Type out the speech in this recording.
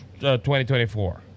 2024